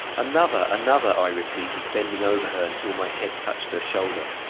another, another! i repeated, bending over her until my head touched her shoulder.